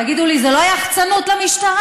תגידו לי, זה לא יח"צנות למשטרה?